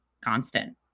constant